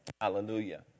Hallelujah